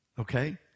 okay